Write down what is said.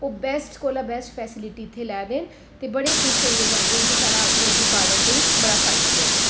ओह बैस्ट कोला best facility इत्थे लै दे न बड़े खुश होइयै जांदे न कि साढ़ा मोदी कार्ड असेंई बड़ा फायदा देआ दा